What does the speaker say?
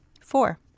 Four